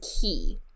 key